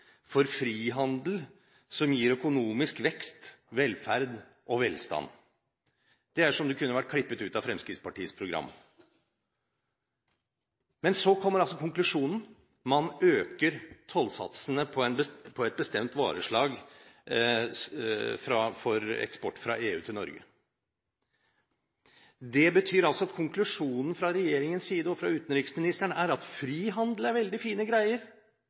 for frihandel, som gir økonomisk vekst, velferd og velstand. Det kunne vært klippet ut av Fremskrittspartiets program. Men så kommer konklusjonen: Man øker tollsatsene for eksport fra EU til Norge på et bestemt vareslag. Det betyr altså at konklusjonen fra regjeringens og utenriksministerens side er at frihandel er veldig fine greier